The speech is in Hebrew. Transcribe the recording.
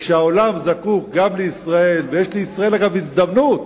וכשהעולם זקוק לישראל ויש לישראל הזדמנות